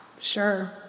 Sure